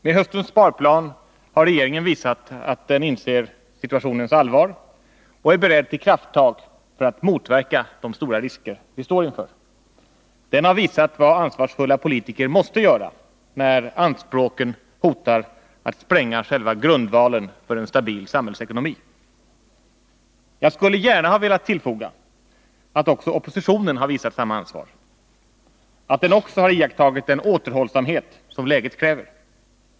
Med höstens sparplan har regeringen visat att den inser situationens allvar och är beredd till krafttag för att motverka de stora risker som vi står inför. Den har visat vad ansvarsfulla politiker måste göra när anspråken hotar att spränga själva grundvalen för en stabil samhällsekonomi. Jag skulle gärna ha velat tillfoga att oppositionen visar samma ansvar, att den också har iakttagit en återhållsamhet som läget kräver.